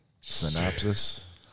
synopsis